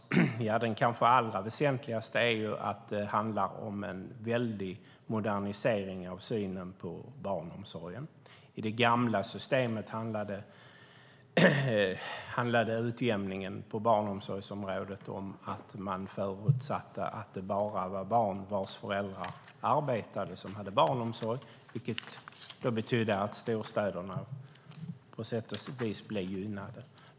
Den kanske allra väsentligaste av de förändringar som föreslås är en väldig modernisering av synen på barnomsorgen. I det gamla systemet handlade utjämningen på barnomsorgsområdet om att man förutsatte att det bara var barn vars föräldrar arbetade som hade barnomsorg, vilket betydde att storstäderna på sätt och vis blev gynnade.